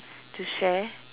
to share